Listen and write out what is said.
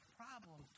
problem